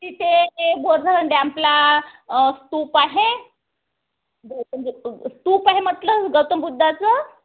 तिथे बोरधरण डँपला स्तूप आहे स्तूप आहे म्हटलं गौतमबुद्धाचं